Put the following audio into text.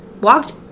walked